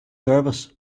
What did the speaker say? service